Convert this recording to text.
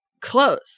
close